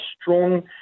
strong